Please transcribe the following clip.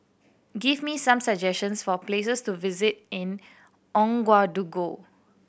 give me some suggestions for places to visit in Ouagadougou